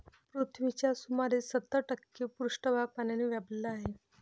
पृथ्वीचा सुमारे सत्तर टक्के पृष्ठभाग पाण्याने व्यापलेला आहे